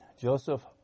joseph